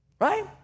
Right